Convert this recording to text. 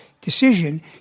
decision